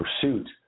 pursuit